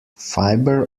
fibre